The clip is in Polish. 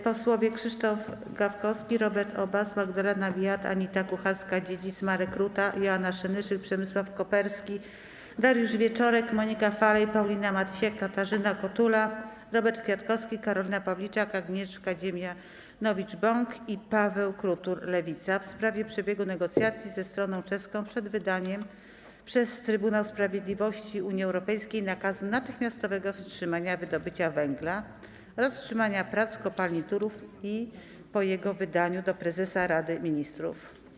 Posłowie Krzysztof Gawkowski, Robert Obaz, Magdalena Biejat, Anita Kucharska-Dziedzic, Marek Rutka, Joanna Senyszyn, Przemysław Koperski, Dariusz Wieczorek, Monika Falej, Paulina Matysiak, Katarzyna Kotula, Robert Kwiatkowski, Karolina Pawliczak, Agnieszka Dziemianowicz-Bąk i Paweł Krutul, Lewica, kierują pytanie w sprawie przebiegu negocjacji ze stroną czeską przed wydaniem przez Trybunał Sprawiedliwości Unii Europejskiej nakazu natychmiastowego wstrzymania wydobycia węgla oraz wstrzymania prac w kopalni Turów i po jego wydaniu - do prezesa Rady Ministrów.